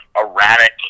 erratic